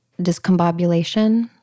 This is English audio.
discombobulation